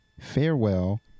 farewell